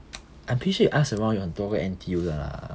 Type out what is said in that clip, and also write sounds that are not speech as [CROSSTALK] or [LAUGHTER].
[NOISE] I'm pretty sure you ask around 有很多个 N_T_U 的 lah